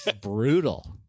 Brutal